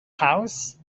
house